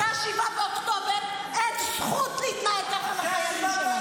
אחרי 7 באוקטובר אין זכות להתנהג ככה לחיילים שלנו.